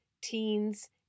teens